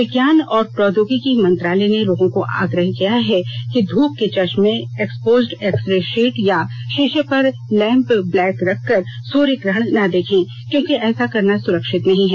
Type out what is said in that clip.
विज्ञान और प्रौद्योगिकी मंत्रालय ने लोगों से आग्रह किया है कि धूप के चश्में एक्सपोज्ड एक्स रे शीट या शीशे पर लैंप ब्लैक रखकर सूर्य ग्रहण न देखें क्योंकि ऐसा करना सुरक्षित नहीं है